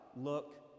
look